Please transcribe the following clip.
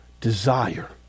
desire